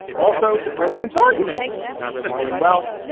also, the president's arguments not really doing well.